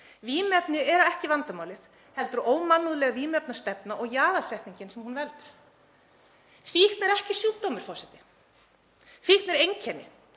Vímuefni eru ekki vandamálið heldur ómannúðleg vímuefnastefna og jaðarsetningin sem hún veldur. Forseti. Fíkn er ekki sjúkdómur. Fíkn er einkenni,